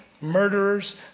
murderers